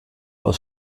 aus